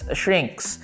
shrinks